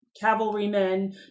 cavalrymen